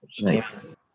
Nice